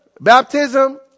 baptism